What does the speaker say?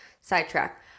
Sidetrack